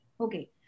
okay